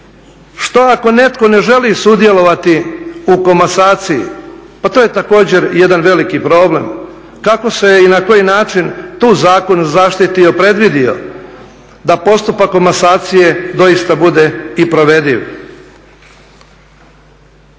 Što ako netko ne želi sudjelovati u komasaciji? Pa to je također jedan veliki problem. Kako se i na koji način tu zakon zaštitio, predvidio da postupak komasacije doista bude i provediv?